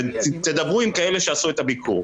תדברו עם כאלה שעשו את הביקור,